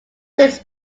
six